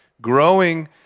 Growing